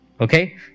Okay